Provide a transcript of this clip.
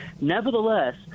Nevertheless